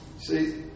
See